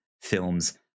films